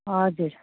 हजुर